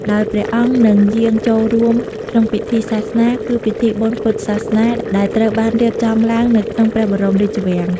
ដោយព្រះអង្គនឹង យាងចូលរួម ក្នុង ពិធីសាសនា គឺ ពិធីបុណ្យពុទ្ធសាសនា ដែលត្រូវបានរៀបចំឡើងនៅក្នុង ព្រះបរមរាជវាំង។